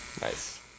Nice